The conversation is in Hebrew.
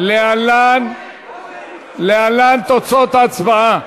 להלן תוצאות ההצבעה: